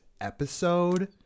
episode